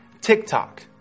TikTok